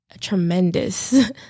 Tremendous